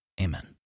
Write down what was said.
amen